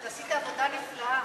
אתה עשית עבודה נפלאה.